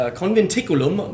conventiculum